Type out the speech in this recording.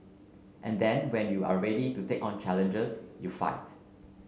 and then when you're ready to take on challenges you fight